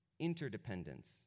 Interdependence